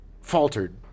faltered